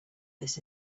this